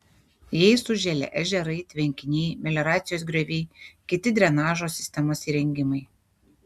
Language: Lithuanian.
jais užželia ežerai tvenkiniai melioracijos grioviai kiti drenažo sistemos įrengimai